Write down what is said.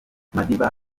madiba